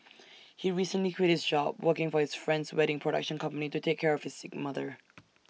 he recently quit his job working for his friend's wedding production company to take care of his sick mother